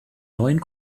neuen